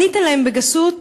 ענית להם בגסות: